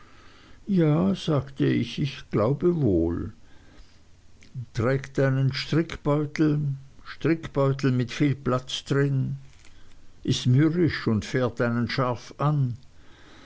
ja sagte ich ich glaube wohl trägt einen strickbeutel strickbeutel mit viel platz drin ist mürrisch und fährt einen scharf an